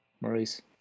Maurice